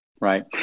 Right